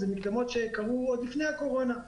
אלו מקדמות שקרו עוד לפני הקורונה,